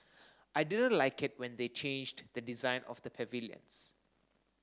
I didn't like it when they changed the design of the pavilions